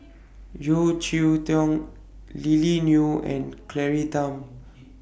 Yeo Cheow Tong Lily Neo and Claire Tham